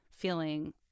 feeling